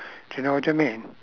do you know what I mean